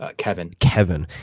ah kevin. kevin.